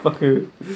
okay